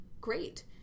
great